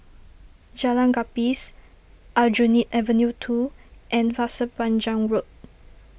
Jalan Gapis Aljunied Avenue two and Pasir Panjang Road